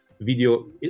video